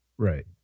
Right